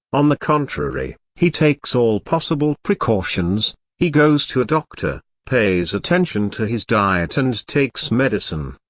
on the contrary, he takes all possible precautions he goes to a doctor, pays attention to his diet and takes medicine.